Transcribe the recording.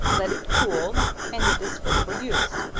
let it cool and it is fit for use.